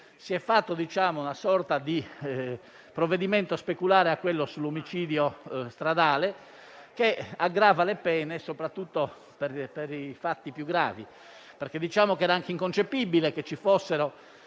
si è elaborata una sorta di provvedimento speculare a quello sull'omicidio stradale, che aggrava le pene soprattutto per i fatti più gravi. Era anche inconcepibile che ci fossero